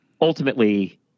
ultimately